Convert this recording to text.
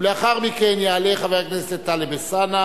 ולאחר מכן יעלה חבר הכנסת טלב אלסאנע